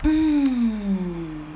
hmm